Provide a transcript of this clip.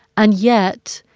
and yet,